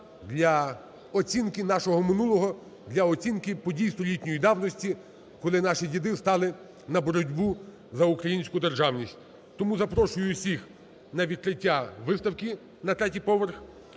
для оцінки нашого минулого, для оцінки подій столітньої давності, коли наші діди стали на боротьбу за українську державність. Тому запрошую всіх на відкриття виставки на третій поверх.